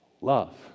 Love